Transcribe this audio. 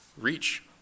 reach